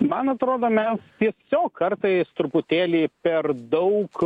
man atrodo mes tiesiog kartais truputėlį per daug